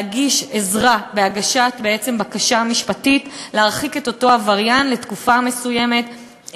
מאפשרת להם הגשת בקשה משפטית להרחיק את אותו עבריין לתקופה מסוימת,